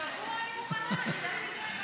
שבוע אני מוכנה, יותר מזה?